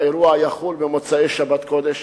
האירוע יחול במוצאי-שבת קודש,